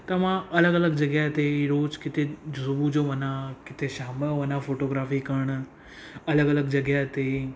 त मां अलॻि अलॻि जॻह ते ई रोज किथे सुबुह जो वञा किथे शाम जो वञा फोटोग्राफी करण अलॻि अलॻि जॻह ते